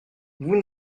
vous